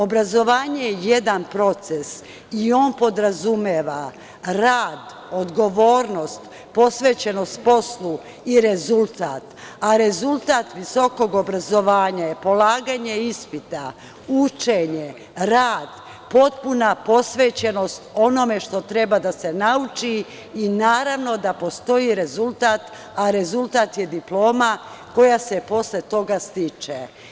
Obrazovanje je jedan proces i on podrazumeva rad, odgovornost, posvećenost poslu i rezultat, a rezultat visokog obrazovanja je polaganje ispita, učenje, rad, potpuna posvećenost onome što treba da se nauči i naravno da postoji rezultat, a rezultat je diploma koja se posle toga stiče.